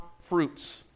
fruits